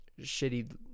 shitty